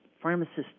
pharmacists